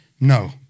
No